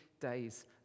days